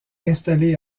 installé